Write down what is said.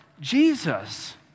Jesus